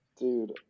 Dude